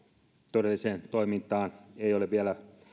todelliseen toimintaan ei ole vielä